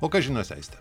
o kas žiniose aiste